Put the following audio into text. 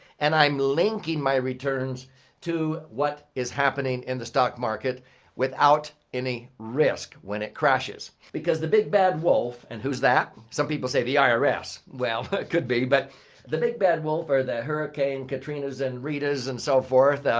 and i'm linking my returns to what is happening in the stock market without any risk when it crashes. because the big bad wolf. and who's that? some people say the ira, well it could be. but the big bad wolf are the hurricane katrinas and ritas and so forth,